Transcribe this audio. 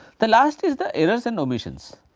the last is the errors and omissions